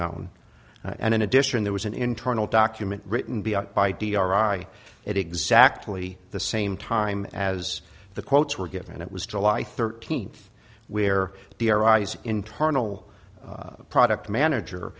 known and in addition there was an internal document written by d r i at exactly the same time as the quotes were given it was july thirteenth where the arise internal product manager